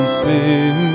sin